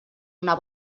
una